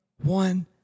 One